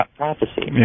prophecy